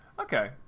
Okay